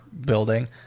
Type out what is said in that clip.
building